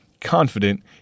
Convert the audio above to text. confident